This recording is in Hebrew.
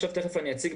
תיכף אציג,